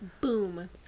Boom